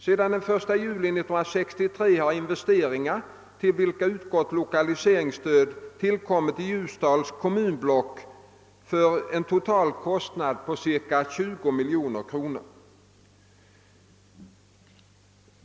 Sedan den 1 juli 1963 har investeringar till vilka utgått lokaliseringsstöd tillkommit i Ljusdals kommunblock för en total kostnad av cirka 20 miljoner kronor.